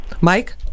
Mike